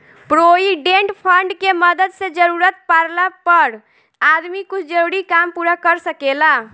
provident fund के मदद से जरूरत पाड़ला पर आदमी कुछ जरूरी काम पूरा कर सकेला